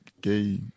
gay